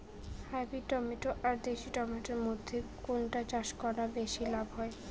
Hybrid tomato আর দেশি tomato এর মইধ্যে কোনটা চাষ করা বেশি লাভ হয়?